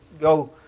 go